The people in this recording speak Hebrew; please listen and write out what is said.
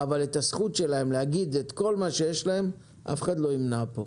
אבל את הזכות שלהם להגיד את כל מה שיש להם אף אחד לא ימנע פה,